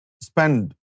spend